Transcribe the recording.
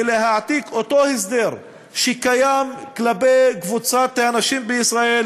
ולהעתיק את אותו הסדר שקיים כלפי קבוצת הנשים בישראל,